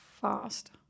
fast